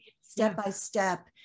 step-by-step